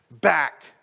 back